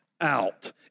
out